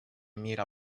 мира